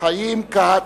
חיים כץ.